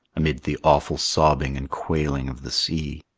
amid the awful sobbing and quailing of the sea.